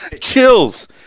Chills